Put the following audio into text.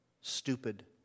Stupid